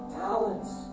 talents